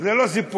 זה לא סיפוח.